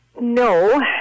No